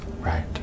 Right